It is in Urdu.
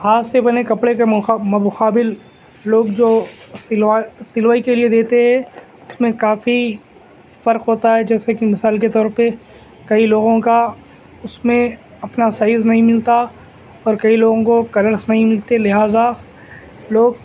ہاتھ سے بنے کپڑے کے مقابل لوگ جو سلوا سلائی کے لیے دیتے میں کافی فرق ہوتا ہے جیسے کہ مثال کے طور پہ کئی لوگوں کا اس میں اپنا سائز نہیں ملتا اور کئی لوگوں کو کلرس نہیں ملتے لہذا لوگ